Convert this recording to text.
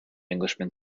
englishman